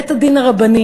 בית-הדין הרבני